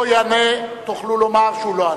לא יענה, תוכלו לומר שהוא לא ענה.